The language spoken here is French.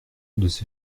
deux